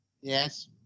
yes